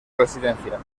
residencia